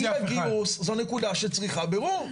לגבי גיל הגיוס זו נקודה שצריכה בירור.